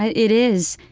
it is.